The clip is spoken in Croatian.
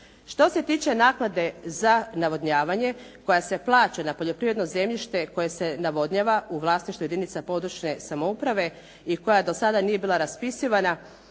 Što se tiče naknade za navodnjavanje koja se plaća na poljoprivredno zemljište koje se navodnjava u vlasništvo jedinica područne samouprave i koja do sada nije bila raspisivana,